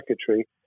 secretary